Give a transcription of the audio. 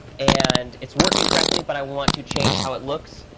and it's working correctly, but i want to change how it looks.